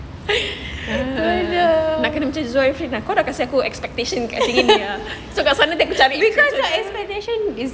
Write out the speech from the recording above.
nak kena macam zul ariffin ah kau dah kasi aku expectation macam gini ah so kat sana nanti aku cari